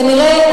כנראה,